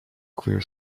clear